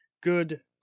good